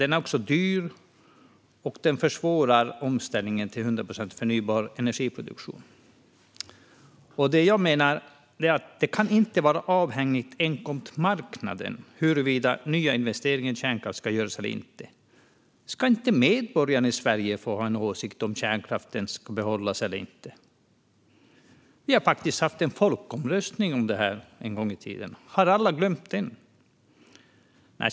Den är också dyr och försvårar omställningen till 100 procent förnybar energiproduktion. Jag menar att det inte kan vara avhängigt enkom på marknaden om nya investeringar i kärnkraft ska göras eller inte. Ska inte medborgarna i Sverige få ha en åsikt om huruvida kärnkraften ska behållas eller inte? Vi hade faktiskt en folkomröstning om detta en gång i tiden. Har alla glömt den?